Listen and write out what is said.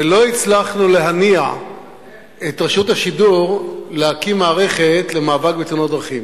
ולא הצלחנו להניע את רשות השידור להקים מערכת למאבק בתאונות דרכים.